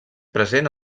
present